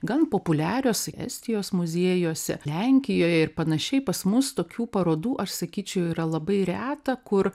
gan populiarios estijos muziejuose lenkijoje ir panašiai pas mus tokių parodų aš sakyčiau yra labai reta kur